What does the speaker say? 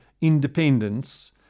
independence